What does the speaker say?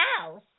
house